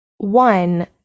One